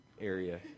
area